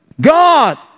God